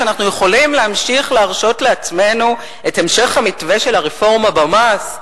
שאנחנו יכולים להמשיך להרשות לעצמנו את המשך המתווה של הרפורמה במס?